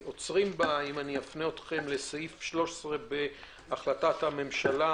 עוצרים בה, אני אפנה אתכם לסעיף 13 בהחלטת הממשלה,